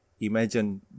imagine